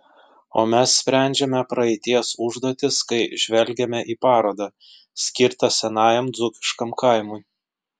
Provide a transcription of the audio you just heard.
o mes sprendžiame praeities užduotis kai žvelgiame į parodą skirtą senajam dzūkiškam kaimui